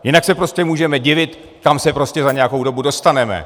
Jinak se prostě můžeme divit, kam se za nějakou dobu dostaneme.